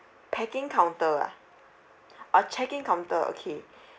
packing counter ah oh check in counter okay